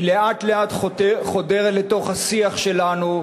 היא לאט-לאט חודרת לתוך השיח שלנו,